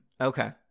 Okay